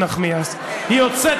לא מה אנחנו לא עושים.